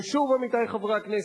ושוב, עמיתי חברי הכנסת,